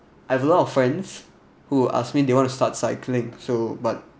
I have a lot of friends who asked me do you want to start cycling so but